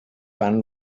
fan